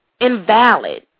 invalid